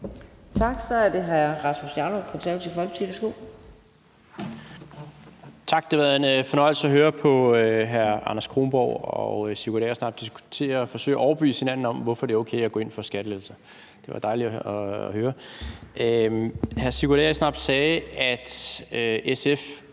Tak. Så er det hr. Rasmus Jarlov, Det Konservative Folkeparti. Værsgo. Kl. 15:41 Rasmus Jarlov (KF): Tak. Det har været en fornøjelse at høre hr. Anders Kronborg og hr. Sigurd Agersnap diskutere og forsøge at overbevise hinanden om, hvorfor det er okay at gå ind for skattelettelser. Det var dejligt at høre. Hr. Sigurd Agersnap sagde, at SF